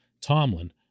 Tomlin